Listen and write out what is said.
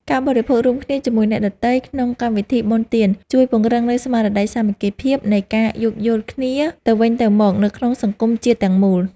ការបរិភោគរួមគ្នាជាមួយអ្នកដទៃក្នុងកម្មវិធីបុណ្យទាន ជួយពង្រឹងនូវស្មារតីសាមគ្គីភាព និងការយោគយល់គ្នាទៅវិញទៅមកនៅក្នុងសង្គមជាតិទាំងមូល។